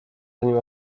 zanim